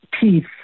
peace